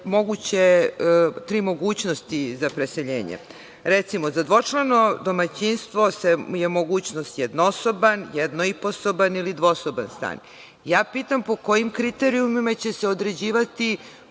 čak tri mogućnosti za preseljenje. Recimo, za dvočlano domaćinstvo je mogućnost jednosoban, jednoiposoban ili dvosoban stan. Ja pitam – po kojim kriterijumima će se određivati